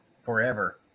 forever